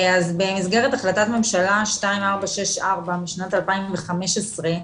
במסגרת החלטת ממשלה 2464 מה-8 למרס 2015,